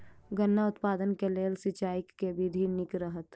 गन्ना उत्पादन केँ लेल सिंचाईक केँ विधि नीक रहत?